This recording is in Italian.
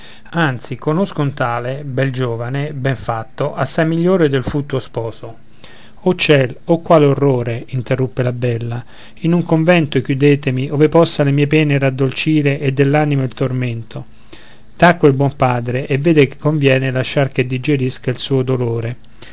anzi conosco un tale bel giovine ben fatto assai migliore del fu tuo sposo oh ciel oh quale orrore interruppe la bella in un convento chiudetemi ove possa le mie pene raddolcire e dell'animo il tormento tacque il buon padre e vede che conviene lasciar che digerisca il suo dolore